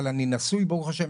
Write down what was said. אבל אני נשוי ברוך ה',